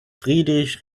friedrich